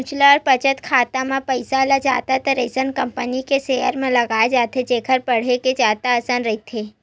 mutual बचत खाता म पइसा ल जादातर अइसन कंपनी के सेयर म लगाए जाथे जेखर बाड़हे के जादा असार रहिथे